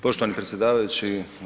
Poštovani predsjedavajući.